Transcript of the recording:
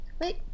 Wait